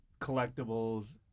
collectibles